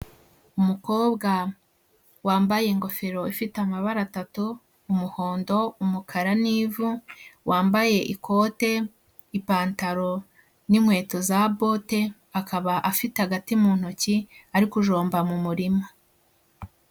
umukobwa wambaye ingofero ifite amabara atatu: umuhondo, umukara n'ivu, wambaye ikote, ipantaro n'inkweto za bote, akaba afite agati mu ntoki ari kujomba mu murima.